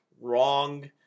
wrong